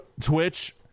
Twitch